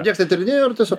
nieks netyrinėjo ar tiesiog